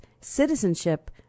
citizenship